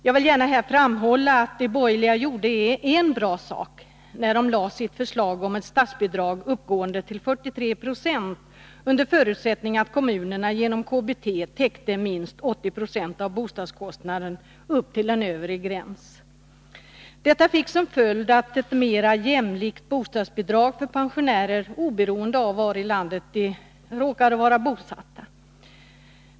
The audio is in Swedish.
Jag vill här gärna framhålla att de borgerliga gjorde en bra sak, när de lade fram sitt förslag om ett statsbidrag uppgående till 43 76, under förutsättning att kommunerna genom KBT täckte minst 80 96 av bostadskostnaden upp till en övre gräns. Detta fick som följd ett mera jämlikt bostadsbidrag för pensionärer oberoende av var i landet de råkade vara bosatta.